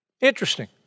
Interesting